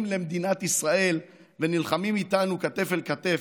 למדינת ישראל ונלחמים איתנו כתף אל כתף.